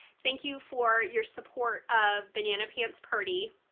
thank you for your support of banana pants purdy.